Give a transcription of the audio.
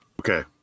okay